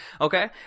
okay